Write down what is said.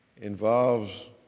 involves